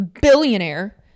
billionaire